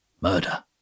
murder